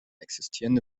existierende